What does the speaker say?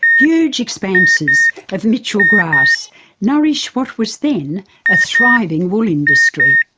huge expanses of mitchell grass nourish what was then a thriving wool industry.